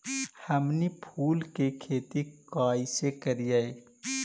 हमनी फूल के खेती काएसे करियय?